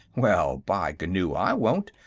well, by ghu, i won't!